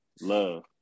love